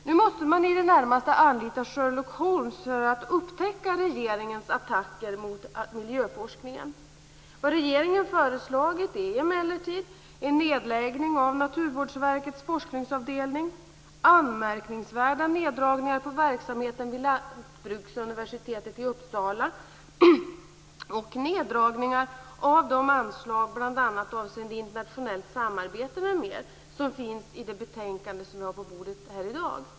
Nu måste man i det närmaste anlita Sherlock Holmes för att upptäcka regeringens attacker mot miljöforskningen. Vad regeringen förslagit är emellertid en nedläggning av Naturvårdsverkets forskningsavdelning, anmärkningsvärda neddragningar på verksamheten vid Lantbruksuniversitetet i Uppsala och neddragningar av de anslag bl.a. avseende internationellt samarbete m.m. som finns i det betänkande som vi har på bordet här i dag.